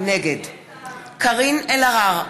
נגד קארין אלהרר,